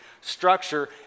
structure